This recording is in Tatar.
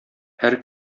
һәр